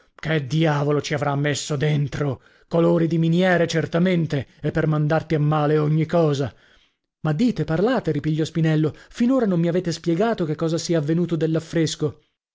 che diavolo ci avrà messo dentro colori di miniere certamente e per mandarti a male ogni cosa ma dite parlate ripigliò spinello finora non mi avete spiegato che cosa sia avvenuto dell'affresco